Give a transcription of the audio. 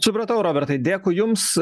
supratau robertai dėkui jums